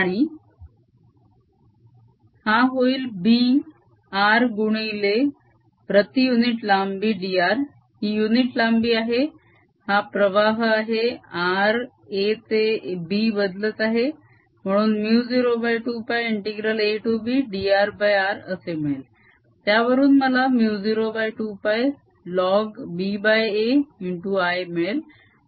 आणि हा होईल b r गुणिले प्रती युनिट लांबी dr ही युनिट लांबी आहे हा प्रवाह आहे r a ते b बदलत आहे म्हणून 02πabdrr असे मिळेल त्यावरून मला 02πln ba I मिळेल